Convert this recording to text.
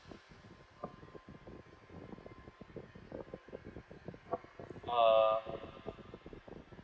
uh